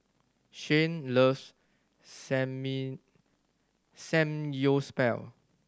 Shane loves Samgyeopsal